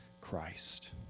Christ